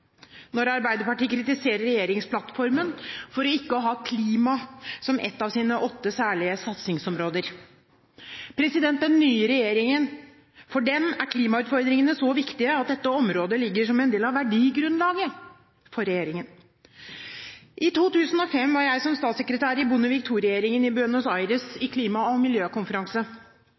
når Arbeiderpartiet kritiserer regjeringsplattformen for ikke å ha klima som ett av sine åtte særlige satsingsområder. For den nye regjeringen er klimautfordringene så viktig at dette området ligger som en del av verdigrunnlaget for regjeringen. I 2005 deltok jeg, som statssekretær i Bondevik II-regjeringen, i Buenos Aires på en klima- og miljøkonferanse.